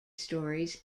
stories